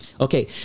Okay